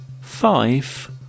five